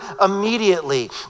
immediately